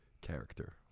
character